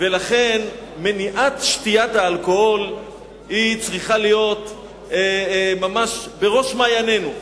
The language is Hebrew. ולכן מניעת שתיית אלכוהול צריכה להיות ממש בראש מעיינינו.